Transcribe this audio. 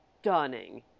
stunning